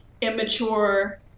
immature